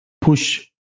push